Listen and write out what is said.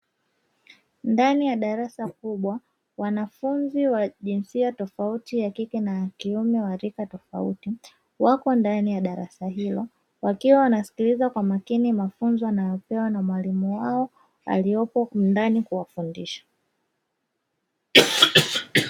Ndani ya darasa kubwa wanafunzi wa jinsia tofauti ya kike na kiume wa rika tofauti wako ndani ya darasa hilo, wakiwa wanasikiliza kwa makini mafunzo wanayopewa na mwalimu wao aliopo ndani kuwafundisha.